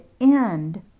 end